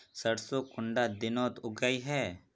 सरसों कुंडा दिनोत उगैहे?